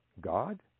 God